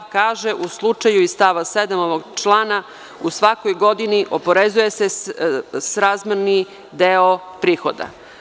I 8. stav kaže – u slučaju iz stav 7. iz ovog člana u svakoj godini oporezuje se srazmerni deo prihoda.